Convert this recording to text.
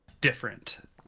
different